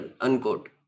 unquote